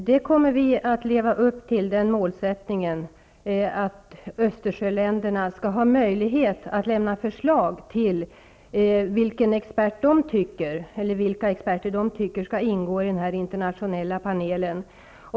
Herr talman! Vi kommer att uppnå målet att Östersjöländerna skall ha möjlighet att lämna förslag om vilka experter som de vill ha med i den internationella panelen.